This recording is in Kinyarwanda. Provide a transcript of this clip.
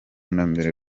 mbere